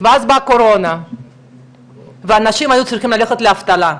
ואז באה הקורונה והאנשים היו צריכים ללכת לקבל אבטלה,